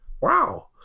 wow